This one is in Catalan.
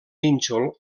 nínxol